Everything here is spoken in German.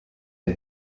der